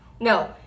No